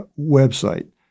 website